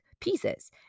pieces